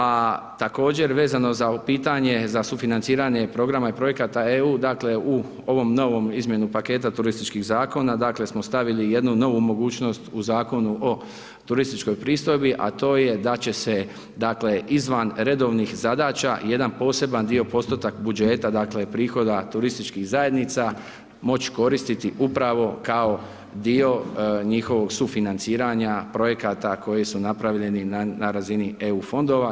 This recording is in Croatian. A također vezano za ovo pitanje za sufinanciranje programa i projekata EU, dakle u ovom novom, izmjenu paketa turističkih zakona dakle smo stavili jednu novu mogućnost u Zakonu o turističkoj pristojbi a to je da će se dakle izvan redovnih zadaća jedan poseban dio postotak budžeta, dakle prihoda turističkih zajednica moći koristiti upravo kao dio njihovog sufinanciranja projekata koji su napravljeni na razini EU fondova.